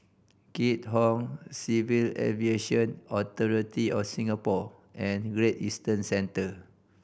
Keat Hong Civil Aviation Authority of Singapore and Great Eastern Centre